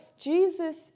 Jesus